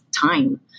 time